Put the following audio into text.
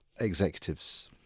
executives